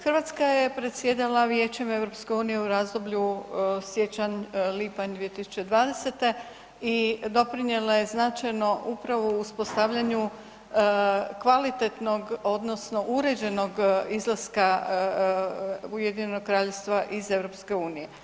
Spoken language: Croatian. Hrvatska je predsjedala Vijećem EU u razdoblju siječanj-lipanj 2020. i doprinijela je značajno upravo uspostavljanju kvalitetnog odnosno uređenog izlaska UK-a iz EU.